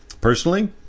Personally